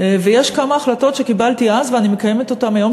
ויש כמה החלטות שקיבלתי אז ואני מקיימת אותן היום,